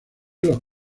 los